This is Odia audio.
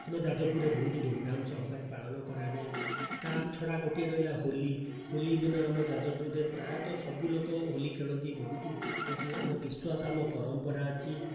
ଆମ ଯାଜପୁରର ବହୁତ ଧୁମ୍ଧାମ୍ ସହକାରେ ପାଳନ କରାଯାଏ ତା ଛଡ଼ା ଗୋଟିଏ ରହିଲା ହୋଲି ହୋଲି ଦିନ ଆମ ଯାଜପୁରରେ ପ୍ରାୟତଃ ସବୁ ଲୋକ ହୋଲି ଖେଳନ୍ତି ବହୁତ ଅଛି ଆମ ବିଶ୍ଵାସ ଆମ ପରମ୍ପରା ଅଛି